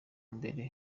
mbere